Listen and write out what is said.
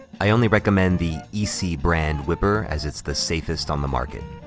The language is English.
i only recommend the isi brand whipper as it's the safest on the market.